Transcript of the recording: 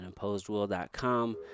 imposedwill.com